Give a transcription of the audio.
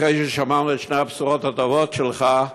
אחרי ששמענו את שתי הבשורות הטובות שלך,